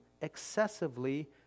excessively